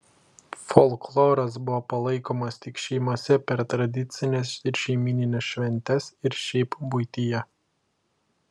folkloras buvo palaikomas tik šeimose per tradicines ir šeimynines šventes ir šiaip buityje